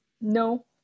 No